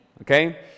okay